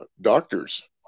doctors